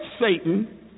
Satan